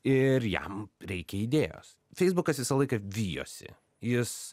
ir jam reikia idėjos feisbukas visą laiką vijosi jis